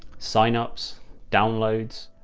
signups downloads,